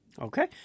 Okay